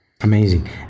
Amazing